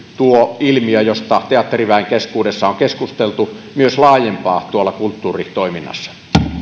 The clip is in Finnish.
tuo ilmiö josta teatteriväen keskuudessa on keskusteltu mahdollisesti laajempaa kulttuuritoiminnassa